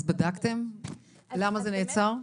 אז בדקתם למה זה נעצר?